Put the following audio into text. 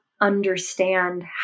understand